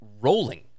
rolling